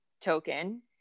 token